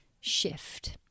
shift